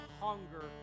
hunger